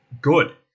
good